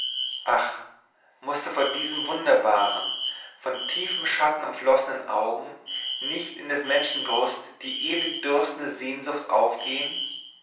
mußte vor diesen wunderbaren von tiefem schatten umflossenen augen nicht in des menschen brust die ewigdürstende sehnsucht aufgehen